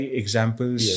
examples